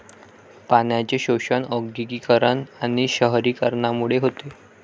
पाण्याचे शोषण औद्योगिकीकरण आणि शहरीकरणामुळे होते